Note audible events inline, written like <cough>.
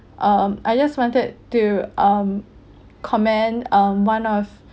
um I just wanted to um commend um one of <breath>